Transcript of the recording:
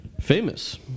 Famous